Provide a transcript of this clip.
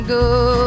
go